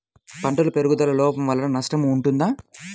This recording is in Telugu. పంటల పెరుగుదల లోపం వలన నష్టము ఉంటుందా?